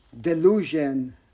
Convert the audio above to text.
delusion